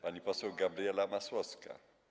Pani poseł Gabriela Masłowska.